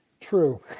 true